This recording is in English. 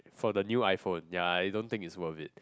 for the new iPhone ya I don't think it's worth it